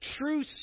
true